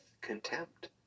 contempt